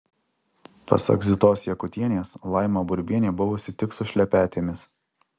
pasak zitos jakutienės laima burbienė buvusi tik su šlepetėmis